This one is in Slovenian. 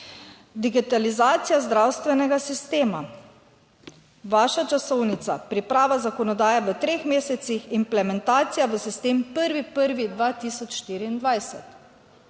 Digitalizacija zdravstvenega sistema, vaša časovnica, priprava zakonodaje v treh mesecih, implementacija v sistem 1. 1. 2024.